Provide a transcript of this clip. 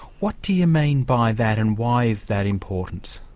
what do you mean by that and why is that important?